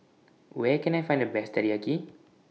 Where Can I Find The Best Teriyaki